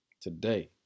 Today